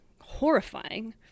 horrifying